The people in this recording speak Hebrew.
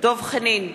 דב חנין,